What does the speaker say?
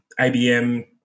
ibm